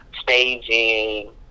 staging